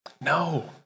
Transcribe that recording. No